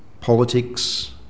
politics